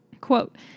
quote